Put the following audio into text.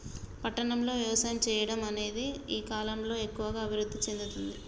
పట్టణం లో వ్యవసాయం చెయ్యడం అనేది ఈ కలం లో ఎక్కువుగా అభివృద్ధి చెందుతుంది